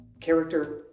character